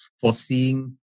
foreseeing